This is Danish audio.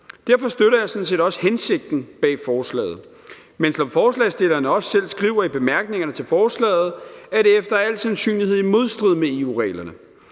Derfor støtter jeg sådan set også hensigten bag forslaget, men som forslagsstillerne også selv skriver i bemærkningerne til forslaget, er det efter al sandsynlighed i modstrid med EU-reglerne.